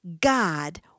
God